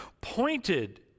pointed